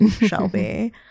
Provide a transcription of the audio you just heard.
shelby